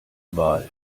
wahl